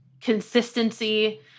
consistency